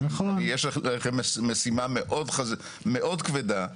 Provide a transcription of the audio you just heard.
יש לכם משימה מאוד כבדה.